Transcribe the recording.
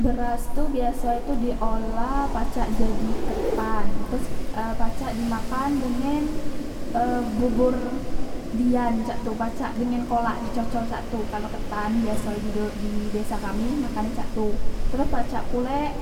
Beras tu biasoe tu diolah pacak jadi ketan teros e pacak dimakan dengen e bubur dian cak tu pacak dengen kolak di cocol cak tu kalok ketan biaso e di do di desa kami makane e cak tu e teros pacak pule